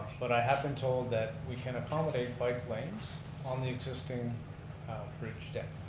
but i have been told that we can accommodate bike lanes on the existing bridge deck.